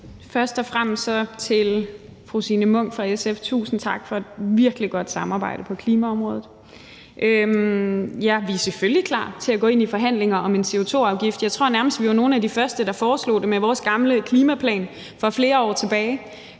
Først og fremmest vil jeg sige til fru Signe Munk fra SF: Tusind tak for et virkelig godt samarbejde på klimaområdet. Vi er selvfølgelig klar til at gå ind i forhandlinger om en CO2-afgift. Jeg tror nærmest, at vi var nogle af de første, der foreslog det med vores gamle klimaplan for flere år tilbage.